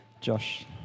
Josh